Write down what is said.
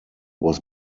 was